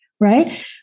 right